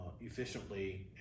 efficiently